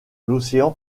l’océan